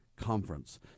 conference